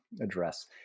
address